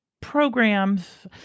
programs